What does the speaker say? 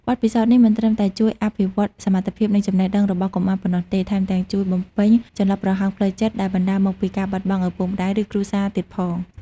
បទពិសោធន៍នេះមិនត្រឹមតែជួយអភិវឌ្ឍសមត្ថភាព និងចំណេះដឹងរបស់កុមារប៉ុណ្ណោះទេ ថែមទាំងជួយបំពេញចន្លោះប្រហោងផ្លូវចិត្ត ដែលបណ្ដាលមកពីការបាត់បង់ឪពុកម្ដាយ ឬគ្រួសារទៀតផង។